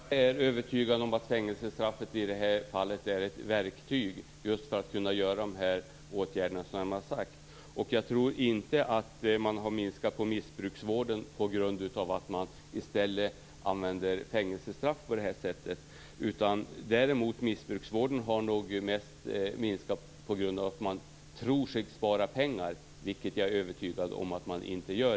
Fru talman! Jag är övertygad om att fängelsestraffet i det här fallet är ett verktyg för att man skall kunna vidta de här åtgärderna. Jag tror inte att missbruksvården har minskats därför att man i stället använder sig av fängelsestraffet. Missbruksvården har nog i stället minskats därför att man tror sig spara pengar, vilket jag är övertygad om att man inte gör.